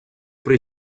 при